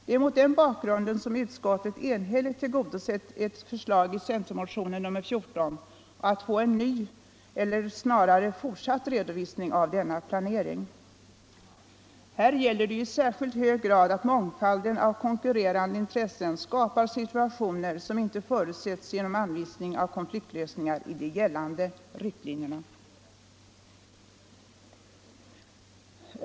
Det är mot den bakgrunden som utskottet enhälligt tillgodosett ett förslag i centermotionen 1975/76:14 om att få en ny eller snarare fortsatt redovisning av denna planering. Här gäller det ju i särskilt hög grad att mångfalden av konkurrerande intressen skapar situationer som inte förutsetts genom anvisning av konfliktlösningar i de gällande riktlinjerna.